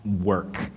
work